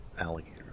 alligator